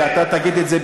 ואתה תגיד את זה,